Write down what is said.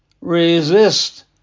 Resist